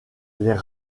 les